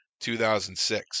2006